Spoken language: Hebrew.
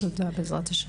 תודה, בעזרת השם.